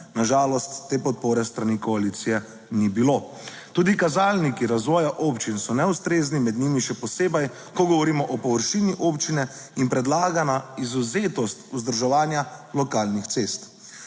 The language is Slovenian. Na žalost te podpore s strani koalicije ni bilo. Tudi kazalniki razvoja občin so neustrezni, med njimi še posebej, ko govorimo o površini občine in predlagana izvzetost vzdrževanja lokalnih cest.